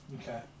Okay